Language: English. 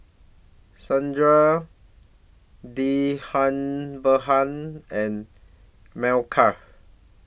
Sundar Dhirubhai and Milkha